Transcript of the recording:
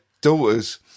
daughter's